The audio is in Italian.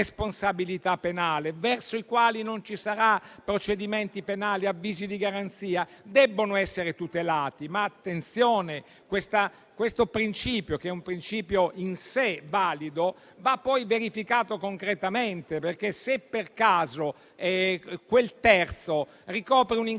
responsabilità penale e verso i quali non ci saranno procedimenti penali o avvisi di garanzia, debbano essere tutelati. Attenzione, però: questo principio - che è in sé valido - va poi verificato concretamente, perché se per caso quel terzo ricopre un incarico